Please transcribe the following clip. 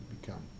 become